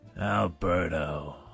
Alberto